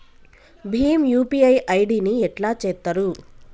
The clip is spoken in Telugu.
భీమ్ యూ.పీ.ఐ ఐ.డి ని ఎట్లా చేత్తరు?